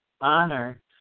honor